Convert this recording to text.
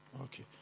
okay